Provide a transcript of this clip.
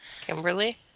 Kimberly